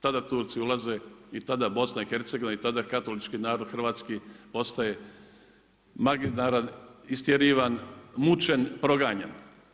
Tada Turci ulaze i tada BiH i tada katolički narod hrvatski ostaje maginaran, istjerivan, mučen, proganjan.